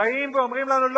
באים ואומרים לנו: לא,